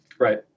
Right